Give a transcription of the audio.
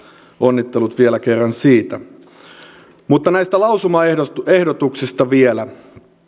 onnittelut vielä kerran siitä mutta näistä lausumaehdotuksista vielä